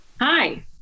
Hi